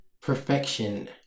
perfection